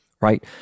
right